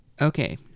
Okay